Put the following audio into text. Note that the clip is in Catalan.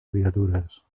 criatures